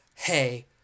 hey